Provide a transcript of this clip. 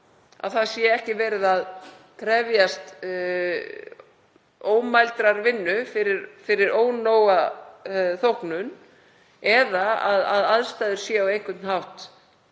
að ekki sé verið að krefjast ómældrar vinnu fyrir ónóga þóknun eða að aðstæður séu á einhvern hátt